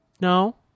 no